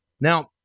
Now